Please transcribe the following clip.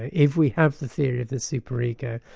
if we have the theory of the super ego,